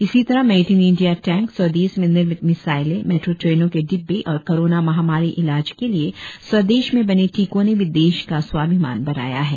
इसी तरह made in India tank स्वदेश में निर्मित मिसाइलें मेट्रो ट्रेनों के डिब्बे और कोराना महामारी इलाज के लिए स्वदेश में बने टीकों ने भी देश का स्वाभिमान बढ़ाया है